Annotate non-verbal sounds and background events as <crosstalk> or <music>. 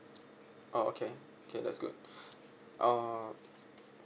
oh okay okay that's good <breath> uh